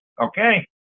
Okay